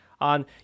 on